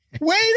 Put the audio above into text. Wait